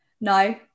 no